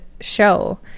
show